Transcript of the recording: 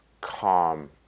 calm